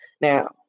Now